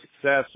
success